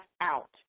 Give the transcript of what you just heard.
out